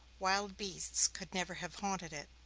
wild beasts could never have haunted it.